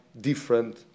different